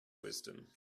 wisdom